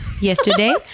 yesterday